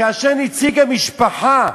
כאשר נציג המשפחה,